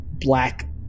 black